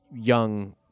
young